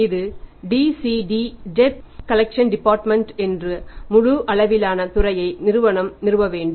இது DCD debt collection department என்ற முழு அளவிலான துறையை நிறுவனம் நிறுவ வேண்டும்